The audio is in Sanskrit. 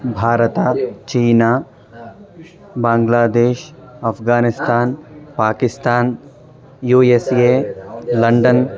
भारतं चीना बाङ्ग्लादेश् अफ़्गानिस्तान् पाकिस्तान् यु एस् ये लण्डन्